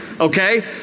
okay